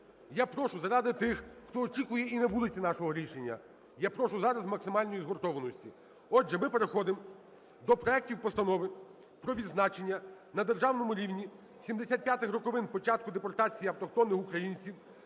Я прошу заради тих, хто очікує і на вулиці нашого рішення, я прошу зараз максимальної згуртованості. Отже, ми переходимо до проектів Постанови про відзначення на державному рівні 75-х роковин початку депортації автохтонних українців